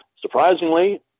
Surprisingly